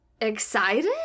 excited